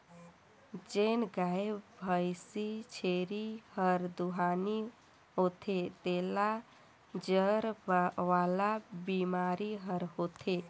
जेन गाय, भइसी, छेरी हर दुहानी होथे तेला जर वाला बेमारी हर होथे